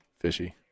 fishy